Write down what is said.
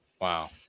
Wow